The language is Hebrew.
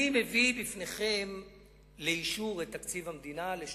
אני מביא לפניכם לאישור את תקציב המדינה לשנתיים,